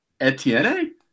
Etienne